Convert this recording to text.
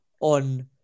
on